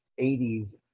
80s